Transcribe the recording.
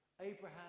Abraham